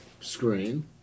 screen